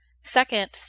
Second